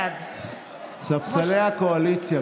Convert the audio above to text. בעד משה גפני,